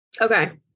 Okay